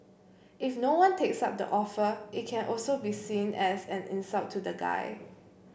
if no one takes up the offer it can also be seen as an insult to the guy